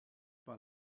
par